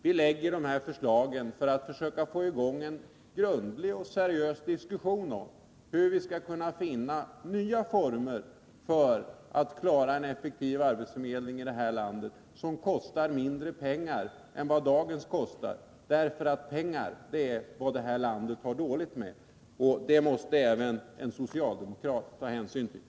Vi lägger fram förslag för att försöka få i gång en grundlig och seriös diskussion om hur vi skall kunna finna nya former för att klara en effektiv arbetsförmedling som kostar mindre pengar än vad dagens kostar. Pengar är nämligen något som Sverige har ont om, och det måste även en socialdemokrat ta hänsyn till.